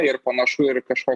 ir panašu ir kažko